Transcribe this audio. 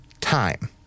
time